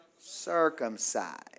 circumcised